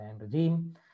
regime